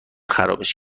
خرابش